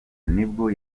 nibwo